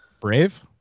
Brave